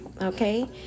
okay